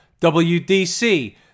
WDC